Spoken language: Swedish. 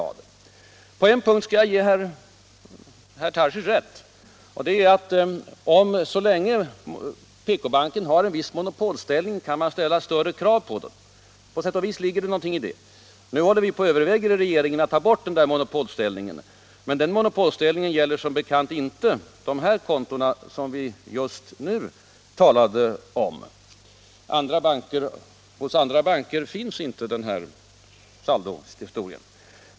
På en punkt skall jag ge herr Tarschys rätt: så länge PK-banken har en viss monopolställning kan man ställa större krav på den. På sätt och vis ligger det någonting i det. Nu håller vi på och överväger inom regeringen att ta bort den monopolställningen, men den gäller som bekant inte de konton som vi just nu talar om. Hos andra banker finns inte den här saldohistorien.